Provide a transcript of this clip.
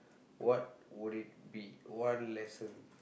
what would it be one lesson